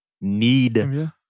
need